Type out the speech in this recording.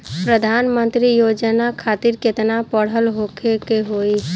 प्रधानमंत्री योजना खातिर केतना पढ़ल होखे के होई?